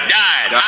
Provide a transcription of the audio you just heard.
died